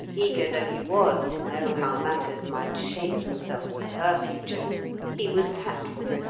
eager though he was to know how matters might shape themselves for her future he was tactful,